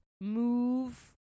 move